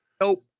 nope